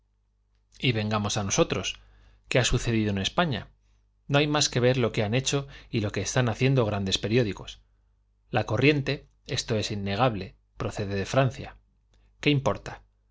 y a nosotr os vengamos qué ha sucedido en españa no hay más que ver lo que han hecho y lo que están haciendo los grandes periódicos la corriente esto es inne gable procede de francia qué importa